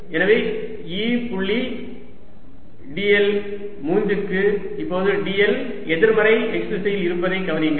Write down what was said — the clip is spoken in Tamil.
எனவே E புள்ளி dl 3 க்கு இப்போது dl எதிர்மறை x திசையில் இருப்பதை கவனியுங்கள்